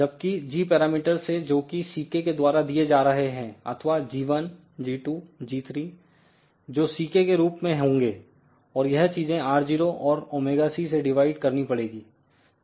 जबकि g parameter से जोकि Ck के द्वारा दिए जा रहे हैं अथवा g1 g2 g3 जो Ck के रूप में होंगे और यह चीजें R0 और ωc से डिवाइड करनी पड़ेगी